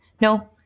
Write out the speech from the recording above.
No